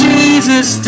Jesus